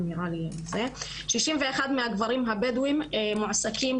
שישים ואחד מהגברים הבדואיים מועסקים,